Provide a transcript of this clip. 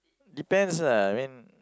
depends lah I mean